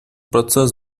процесс